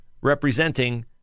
representing